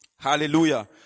Hallelujah